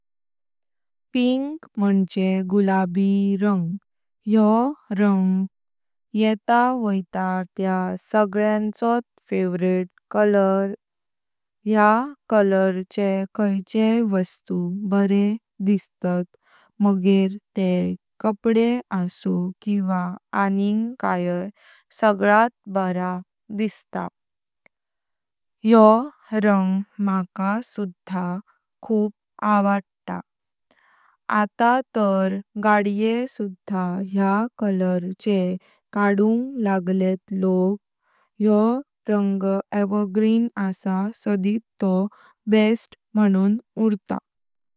पिंक मुञ्ये गुलाबी रंग। योह रंग येता वोईता त्या सांग्यांचोठ फेवरेट कलर। या कलर चे खाईचें वस्तु बरे दिसतात मगर ते कपडे आसु किवा आनींग काय सगळात बरा दिसता। योह रंग मक सुद्धा आवडता। आता तर गाड्ये सुद्धा या कलर चे कडुंग लागलेंत लोक। योह रंग एवरग्रीन आसा सदीत तोह बेस्ट मन्सन उत्रा।